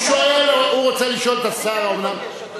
הוא רוצה לשאול את השר, קשר לדיון.